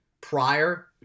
prior